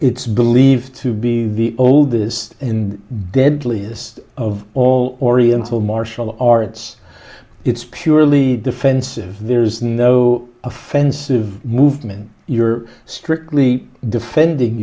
it's believed to be the oldest in deadliest of all oriental martial arts it's purely defensive there's no offensive movement you're strictly defending